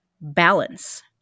Balance